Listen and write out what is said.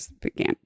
began